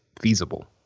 feasible